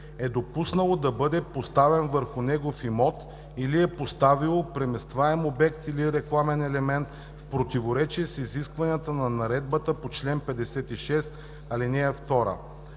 е допуснало да бъде поставен върху негов имот или е поставило преместваем обект или рекламен елемент в противоречие с изискванията на наредбата по чл. 56, ал. 2.“